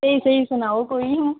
कोई कोई सनाओ कोई